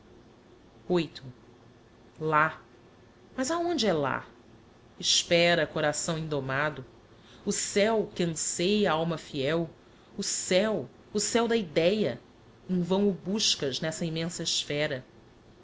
viii lá mas aonde é lá espera coração indomado o céo que anceia a alma fiel o céo o céo da idea em vão o buscas n'essa immensa esphera